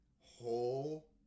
whole